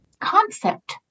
concept